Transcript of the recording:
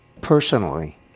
personally